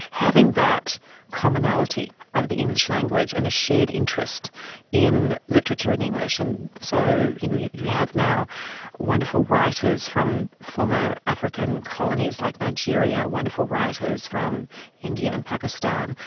having that commonality of the english language and a shared interest in literature in english. and so you you have now wonderful writers from former african colonies, like nigeria, wonderful writers from india and pakistan,